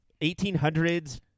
1800s